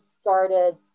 started